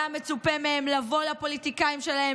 היה מצופה מהם לבוא לפוליטיקאים שלהם